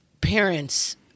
parents